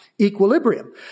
equilibrium